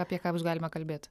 apie ką bus galima kalbėt